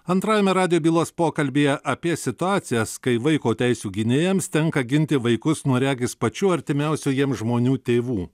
antrajame radijo bylos pokalbyje apie situacijas kai vaiko teisių gynėjams tenka ginti vaikus nuo regis pačių artimiausių jiems žmonių tėvų